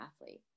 athlete